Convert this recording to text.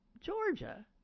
Georgia